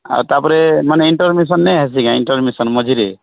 ଆଉ ତାପରେ ମାନେ ଇଣ୍ଟରମିଶନ୍ରେ ଇଣ୍ଟରମିଶନ୍ ମଝିରେ